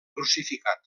crucificat